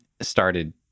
started